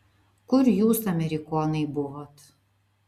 kur jūs amerikonai buvot